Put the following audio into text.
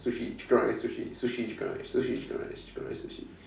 sushi chicken rice sushi sushi chicken rice sushi chicken rice chicken rice sushi